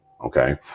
Okay